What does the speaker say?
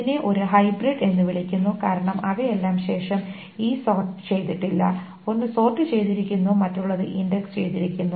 ഇതിനെ ഒരു ഹൈബ്രിഡ് എന്ന് വിളിക്കുന്നു കാരണം അവയെല്ലാം ശേഷം ഈ സോർട് ചെയ്തിട്ടില്ല ഒന്ന് സോർട് ചെയ്തിരിക്കുന്നു മറ്റുള്ളത് ഇൻഡക്സ് ചെയ്തിരിക്കുന്നു